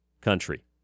country